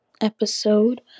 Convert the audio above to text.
episode